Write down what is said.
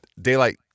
Daylight